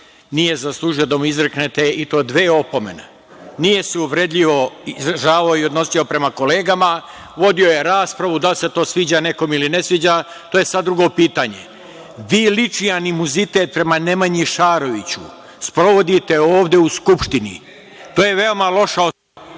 nije zaslužio da mu izreknete i to dve opomene. Nije se uvredljivo izražavao i odnosio prema kolegama, vodio je raspravu. Da li ste to sviđa nekome ili ne sviđa – to je sada drugo pitanje. Vi lični animuzitet prema Nemanji Šaroviću sprovodite ovde u Skupštini. To je veoma loša ...